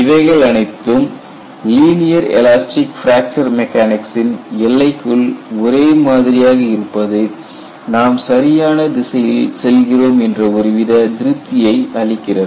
இவைகள் அனைத்தும் linear elastic fracture mechanics எல்லைக்குள் ஒரே மாதிரியாக இருப்பது நாம் சரியான திசையில் செல்கிறோம் என்ற ஒரு வித திருப்தியை அளிக்கிறது